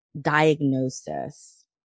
diagnosis